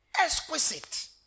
exquisite